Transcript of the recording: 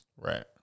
right